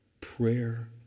prayer